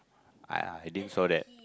I I didn't saw that